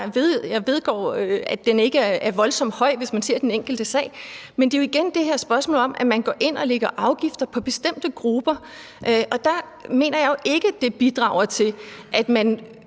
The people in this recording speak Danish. Jeg vedgår, at den ikke er voldsomt høj, hvis man ser på den enkelte sag, men det er jo igen det her spørgsmål om, at man går ind og lægger afgifter på bestemte grupper. Og der mener jeg jo ikke, at det bidrager til, at man